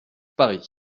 paris